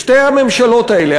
שתי הממשלות האלה,